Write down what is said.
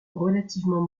relativement